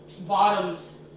bottoms